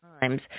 Times